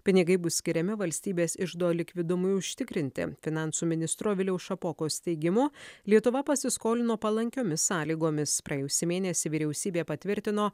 pinigai bus skiriami valstybės iždo likvidumui užtikrinti finansų ministro viliaus šapokos teigimu lietuva pasiskolino palankiomis sąlygomis praėjusį mėnesį vyriausybė patvirtino